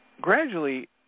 gradually